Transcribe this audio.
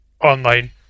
Online